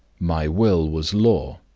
my will was law,